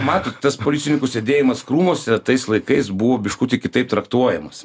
matot tas policininkų sėdėjimas krūmuose tais laikais buvo biškutį kitaip traktuojamas